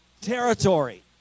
territory